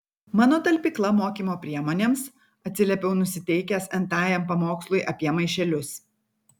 mano talpykla mokymo priemonėms atsiliepiau nusiteikęs n tajam pamokslui apie maišelius